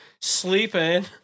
sleeping